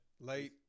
Late